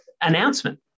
announcement